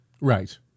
right